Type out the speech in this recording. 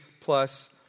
plus